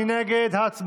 מי נגד?